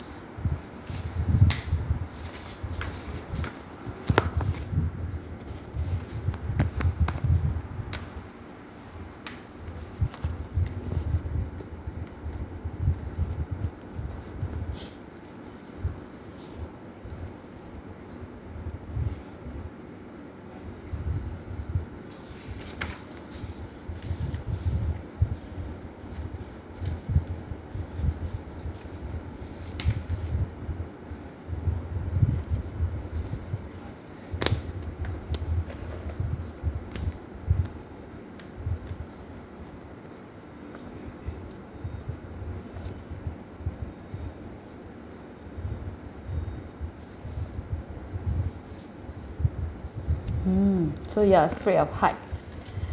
hmm so you're afraid of height